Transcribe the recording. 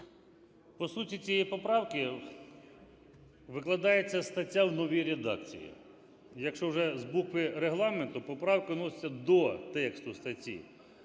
По суті цієї поправки викладається стаття в новій редакції. Якщо вже з букви Регламенту, поправка вноситься до тексту статті.